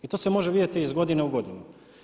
I to se može vidjeti iz godine u godinu.